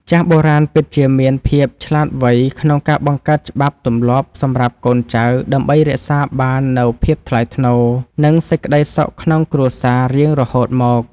ចាស់បុរាណពិតជាមានភាពឆ្លាតវៃក្នុងការបង្កើតច្បាប់ទម្លាប់សម្រាប់កូនចៅ ដើម្បីរក្សាបាននូវភាពថ្លៃថ្នូរ និងសេចក្តីសុខក្នុងគ្រួសាររៀងរហូតមក។